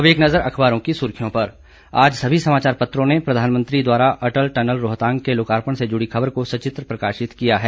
अब एक नज़र अखबारों की सुर्खियों पर आज सभी समाचार पत्रों ने प्रधानमंत्री द्वारा अटल टनल रोहतांग के लोकार्पण से जुड़ी खबर को सचित्र प्रकाशित किया है